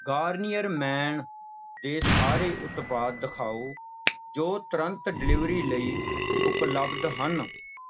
Garnier men ਦੇ ਸਾਰੇ ਉਤਪਾਦ ਦਿਖਾਓ ਜੋ ਤੁਰੰਤ ਡਿਲੀਵਰੀ ਲਈ ਉਪਲੱਬਧ ਹਨ